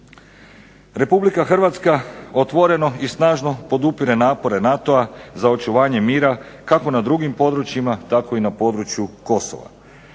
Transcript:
Republika Hrvatska otvoreno i snažno podupire napore NATO-a za očuvanje mira kako na drugim područjima, tako i na području Kosova